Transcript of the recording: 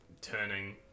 turning